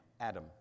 Adam